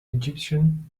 egyptian